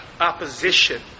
opposition